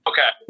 Okay